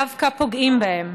דווקא פוגעים בהן.